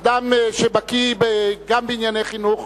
אדם שבקי גם בענייני חינוך,